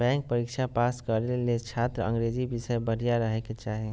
bank परीक्षा pass करे ले छात्र के अंग्रेजी विषय बढ़िया रहे के चाही